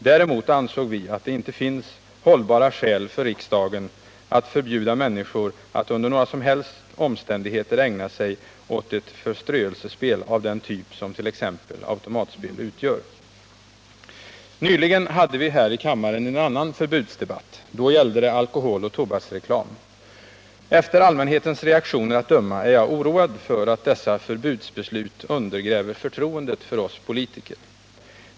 Däremot ansåg vi att det inte finns hållbara skäl för riksdagen att förbjuda människor att under några som helst omständigheter ägna sig åt ett förströelsespel av den typ som t.ex. automatspel utgör. Nyligen hade vi här i kammaren en annan förbudsdebatt — då gällde det alkoholoch tobaksreklam. Efter att ha hört allmänhetens reaktioner är jag oroad för att dessa förbudsbeslut undergräver förtroendet för oss politiker.